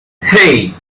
hey